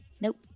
Nope